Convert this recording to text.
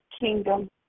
kingdom